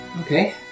Okay